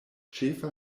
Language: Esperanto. ĉefa